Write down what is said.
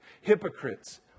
Hypocrites